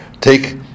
take